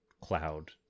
cloud